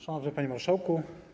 Szanowny Panie Marszałku!